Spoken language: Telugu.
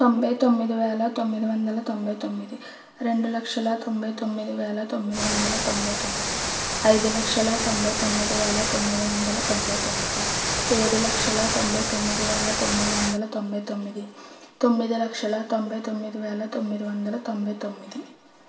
తొంభై తొమ్మిది వేల తొమ్మిది వందల తొంభై తొమ్మిది రెండు లక్షల తొంభై తొమ్మిది వేల తొమ్మిది వందల తొంభై తొమ్మిది ఐదు లక్షల తొంభై తొమ్మిది వేల తొమ్మిది వందల తొంభై తొమ్మిది ఏడు లక్షల తొంభై తొమ్మిది వేల తొమ్మిది వందల తొంభై తొమ్మిది తొమ్మిది లక్షల తొంభై తొమ్మిది వేల తొమ్మిది వందల తొంభై తొమ్మిది